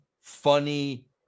funny